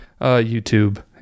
youtube